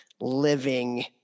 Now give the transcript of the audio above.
living